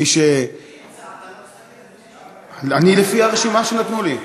אתה לא מסתכל, אני, לפי הרשימה שנתנו לי.